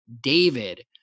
David